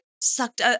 sucked